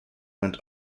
went